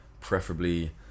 preferably